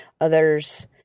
others